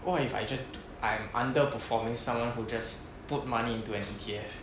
what if I just I'm under performing someone who just put money into an E_T_F